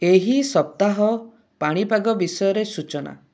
ଏହି ସପ୍ତାହ ପାଣିପାଗ ବିଷୟରେ ସୂଚନା